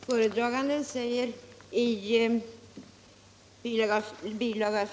Herr talman! Föredragande statsrådet säger i bil.